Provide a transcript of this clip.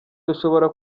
rushobora